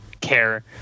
care